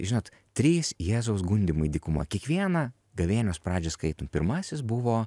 žinot trys jėzaus gundymai dykumoj kiekvieną gavėnios pradžią skaitom pirmasis buvo